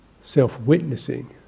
self-witnessing